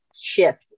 shift